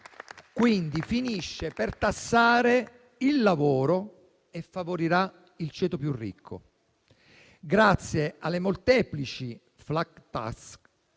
quindi per tassare il lavoro e favorirà il ceto più ricco grazie alle molteplici *flat tax,*